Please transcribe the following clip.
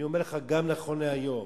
אני אומר לך, גם נכון להיום,